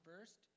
first